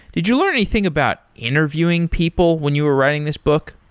did you learn anything about interviewing people when you were writing this book?